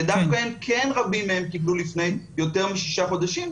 שדווקא רבים מהם קיבלו לפני יותר משישה חודשים,